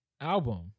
album